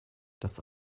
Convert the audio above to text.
das